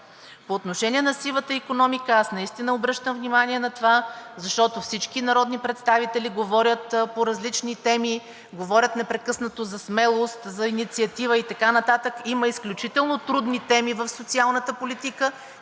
По отношение на сивата икономика. Аз наистина обръщам внимание на това, защото всички народни представители говорят по различни теми – говорят непрекъснато за смелост, за инициатива и така нататък. Има изключително трудни теми в социалната политика,